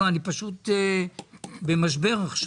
אני פשוט במשבר עכשיו.